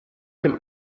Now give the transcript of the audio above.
dem